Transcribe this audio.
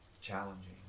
challenging